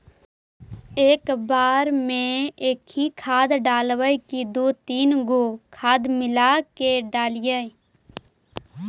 एक बार मे एकही खाद डालबय की दू तीन गो खाद मिला के डालीय?